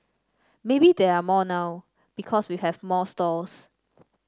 maybe there are more now because we have more stalls